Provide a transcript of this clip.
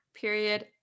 period